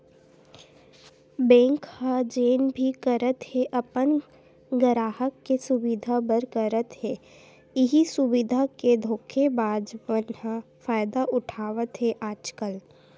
bank ह जेन भी करत हे अपन गराहक के सुबिधा बर करत हे, इहीं सुबिधा के धोखेबाज मन ह फायदा उठावत हे आजकल